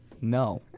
no